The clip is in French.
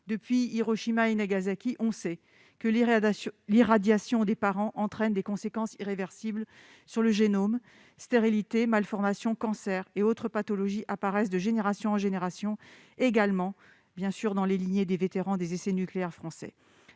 Depuis Hiroshima et Nagasaki, on sait que l'irradiation des parents entraîne des conséquences irréversibles sur le génome : stérilité, malformations, cancers et autres pathologies apparaissent de génération en génération, ce qu'on observe également dans la lignée des vétérans des essais nucléaires français.